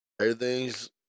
Everything's